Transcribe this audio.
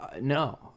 no